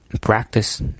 practice